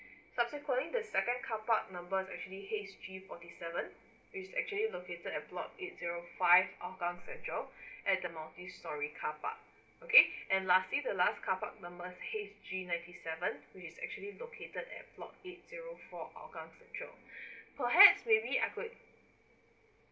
subsequently the second car park number actually H_G forty seven is actually located at block eight zero five hougang central at the multi storey car park okay and lastly the last car park number H_G ninety seven which is actually located at block eight zero four hougang central perhaps we need uh could